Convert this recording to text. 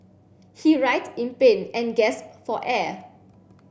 he writhed in pain and gasped for air